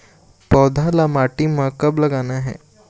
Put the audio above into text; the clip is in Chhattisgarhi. पौधा ला माटी म कब लगाना हे?